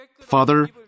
Father